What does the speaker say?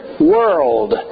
world